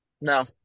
No